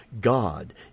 God